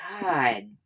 God